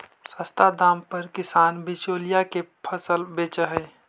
सस्ता दाम पर किसान बिचौलिया के फसल बेचऽ हइ